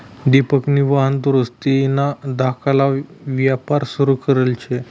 दिपकनी वाहन दुरुस्तीना धाकला यापार सुरू करेल शे